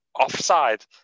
offside